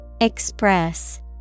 Express